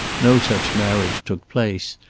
no such marriage took place,